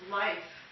life